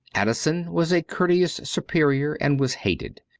addison was a courteous superior and was hated.